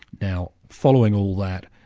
now following all that,